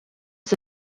was